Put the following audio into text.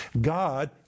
God